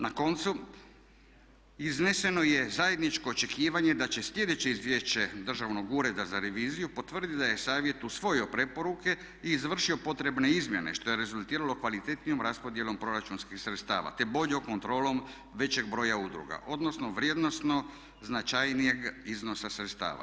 Na koncu, izneseno je zajedničko očekivanje da će sljedeće izvješće Državnog ureda za reviziju potvrditi da je Savjet usvojio preporuke i izvršio potrebne izmjene što je rezultiralo kvalitetnijom raspodjelom proračunskim sredstava, te boljom kontrolom većeg broj udruga, odnosno vrijednosno značajnijeg iznosa sredstava.